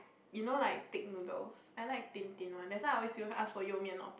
you know like thick noodles i like thin thin one that's why i always ask for you mian not ban mian